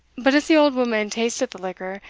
but as the old woman tasted the liquor,